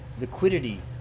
liquidity